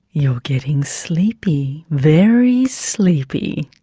you're getting sleepy, very sleepy.